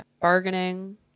bargaining